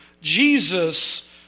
Jesus